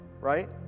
right